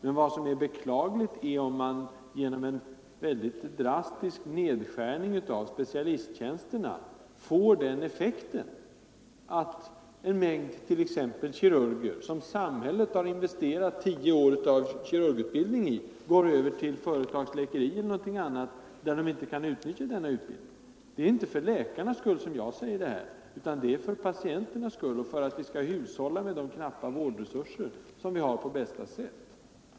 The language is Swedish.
Men vad som vore beklagligt — Tjänster för är om en drastisk nedskärning av specialisttjänsterna får den effekten = vidareutbildade att t.ex. en mängd kirurger, i vilka samhället har investerat tio år av läkare, m.m. kirurgutbildning, går över till företagsläkeri eller något annat där de inte kan utnyttja denna utbildning. Det är inte för läkarnas skull som jag säger detta, utan för patienternas skull, och för att vi på bästa sätt skall hushålla med de knappa vårdresurser vi har.